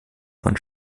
von